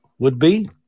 would-be